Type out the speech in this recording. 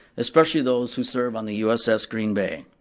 especially those who serve on the uss green bay.